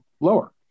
lower